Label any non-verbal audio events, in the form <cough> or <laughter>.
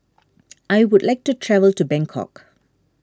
<noise> I would like to travel to Bangkok